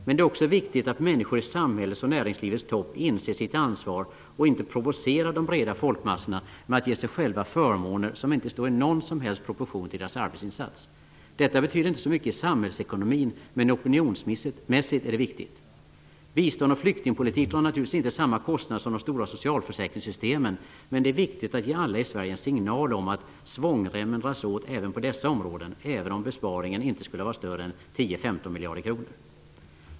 Men det är också viktigt att människor i samhällets och näringslivets toppar inser sitt ansvar och inte provocerar de breda folkmassorna genom att ge sig själva förmåner som inte står i någon som helst proportion till deras arbetsinsatser. Detta betyder inte så mycket i samhällsekonomin, men opinionsmässigt är det viktigt. Bistånd och flyktingpolitik drar naturligtvis inte samma kostnader som de stora socialförsäkringssystemen. Men det är viktigt att ge alla i Sverige en signal om att svångremmen dras åt även på dessa områden, även om besparingen inte skulle vara större än 10--15 miljarder kronor.